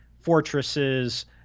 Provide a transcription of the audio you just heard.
fortresses